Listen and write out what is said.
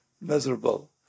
miserable